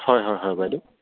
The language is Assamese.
হয় হয় হয় বাইদেউ